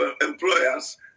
employers